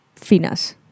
Finas